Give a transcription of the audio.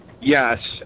Yes